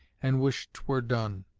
and wish t were done.